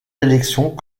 élections